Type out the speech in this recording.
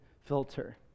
filter